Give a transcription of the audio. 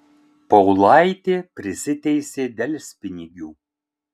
paulaitė prisiteisė delspinigių